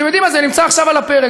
אתם יודעים מה, זה נמצא עכשיו על הפרק,